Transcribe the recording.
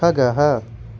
खगः